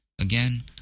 Again